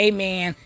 Amen